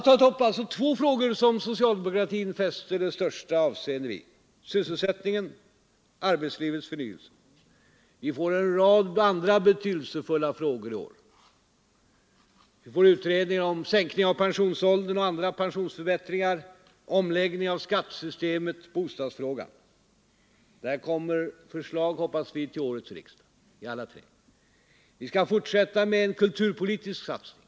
Jag har tagit upp två frågor som socialdemokratin fäster det största avseende vid: sysselsättningen och arbetslivets förnyelse. Vi kommer i denna riksdag att få ta ställning till en rad andra betydelsefulla frågor. Inom kort väntas ett utredningsförslag om en sänkning av den allmänna pensionsåldern och andra pensionsförbättringar, om en omläggning av skattesystemet, om bostadsfrågan. Regeringen har som mål att i dessa tre frågor framlägga förslag för årets riksdag. Vi förbereder ett förslag till en kulturpolitisk satsning.